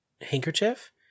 handkerchief